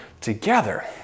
together